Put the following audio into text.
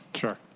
sure.